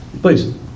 please